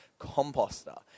composter